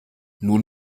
nun